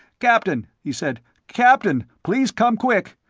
captain, he said. captain, please come quick.